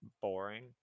boring